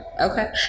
okay